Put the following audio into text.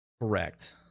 Correct